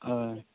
हय